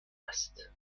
است